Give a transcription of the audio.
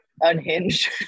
unhinged